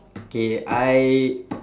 okay I